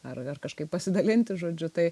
ar kažkaip pasidalinti žodžiu tai